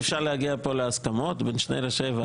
אפשר להגיע פה להסכמות בין שני ראשי ועדות?